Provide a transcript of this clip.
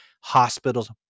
hospitals